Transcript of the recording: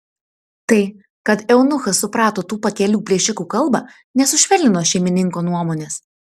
tai kad eunuchas suprato tų pakelių plėšikų kalbą nesušvelnino šeimininko nuomonės